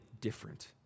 different